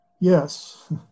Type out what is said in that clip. yes